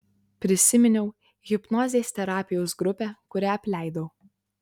prisiminiau hipnozės terapijos grupę kurią apleidau